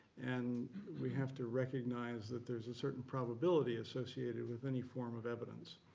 and we have to recognize that there's a certain probability associated with any form of evidence.